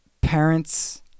parents